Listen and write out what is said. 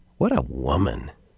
what a woman.